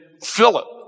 Philip